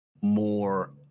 more